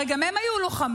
הרי גם הם היו לוחמים,